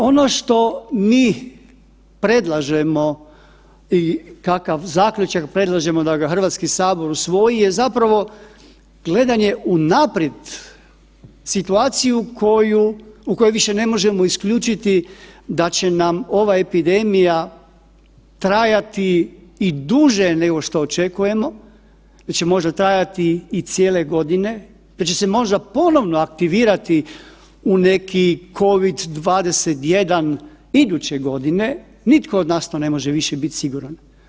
Ono što mi predlažemo i kakav zaključak predlažemo da ga HS usvoji je zapravo gledanje unaprijed situaciju koju, u kojoj više ne možemo isključiti da će nam ova epidemija trajati i duže nego što očekujemo da će možda trajati i cijele godine, da će se možda ponovno aktivirati u neki COVID-21 iduće godine, nitko od nas to ne može više bit siguran.